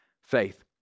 faith